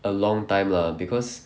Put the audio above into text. a long time lah because